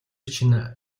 чинь